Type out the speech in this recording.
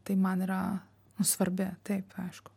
tai man yra svarbi taip aišku